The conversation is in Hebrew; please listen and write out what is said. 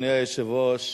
אדוני היושב-ראש,